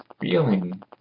feeling